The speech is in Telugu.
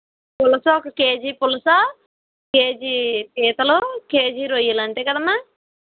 పులస ఒక కేజీ పులస కేజీ పీతలు కేజీ రొయ్యలు అంతేకదమ్మా